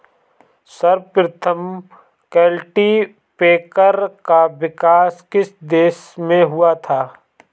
सर्वप्रथम कल्टीपैकर का विकास किस देश में हुआ था?